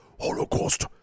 Holocaust